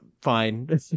fine